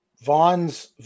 Vaughn's